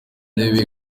ntebe